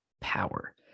power